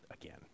again